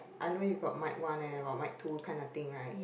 I know you got mic one and got mic two kind of thing right